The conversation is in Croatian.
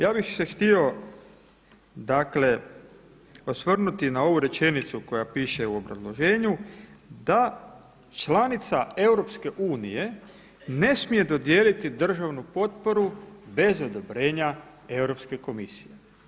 Ja bih se htio dakle osvrnuti na ovu rečenicu koja piše u obrazloženju da članica EU ne smije dodijeliti državnu potporu bez odobrenja Europske komisije.